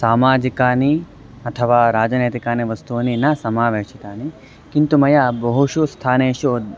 सामाजिकानि अथवा राजनैतिकानि वस्तूनि न समावेशितानि किन्तु मया बहुषु स्थानेषु